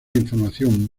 información